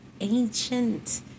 ancient